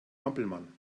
hampelmann